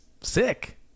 sick